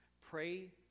Pray